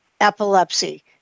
epilepsy